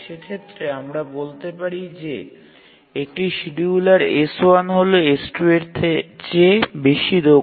সেক্ষেত্রে আমরা বলতে পারি যে একটি শিডিয়ুলার S1 হল S2 এর চেয়ে বেশি দক্ষ